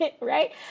right